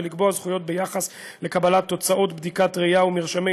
ולקבוע זכויות לקבלת תוצאות בדיקת ראייה ומרשמי